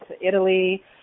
Italy